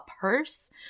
purse